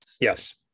Yes